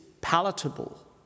palatable